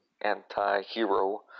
anti-hero